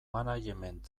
management